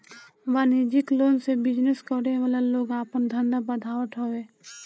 वाणिज्यिक लोन से बिजनेस करे वाला लोग आपन धंधा बढ़ावत हवे